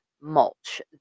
mulch